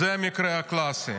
זה המקרה הקלאסי.